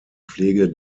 pflege